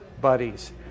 buddies